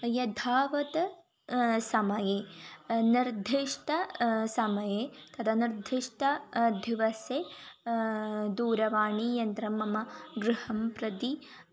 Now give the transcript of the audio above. यथावत् समये निर्दिष्ट समये तद निर्दिष्ट दिवसे दूरवाणीयन्त्रं मम गृहं प्रति